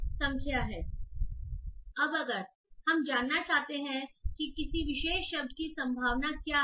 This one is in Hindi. का अब अगर हम जानना चाहते हैं कि किसी विशेष शब्द की संभावना क्या है